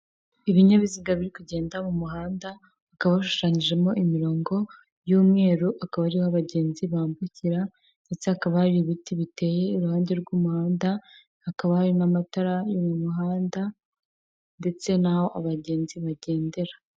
Ibinyabiziga biri kugenda mu muhanda, hakaba hashushanyijemo imirongo y'umweru, akaba ariho abagenzi bambukira, ndetse hakaba ari ibiti biteye iruhande rw'umuhanda, hakaba hari n'amatara yo mu muhanda ndetse n'aho abagenzi bagendera.